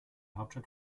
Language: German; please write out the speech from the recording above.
hauptstadt